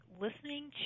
listening